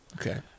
Okay